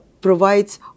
provides